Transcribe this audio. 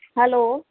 hello